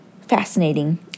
fascinating